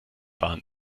bahn